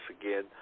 again